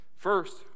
First